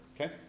Okay